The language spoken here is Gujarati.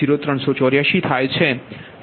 0384 થાય છે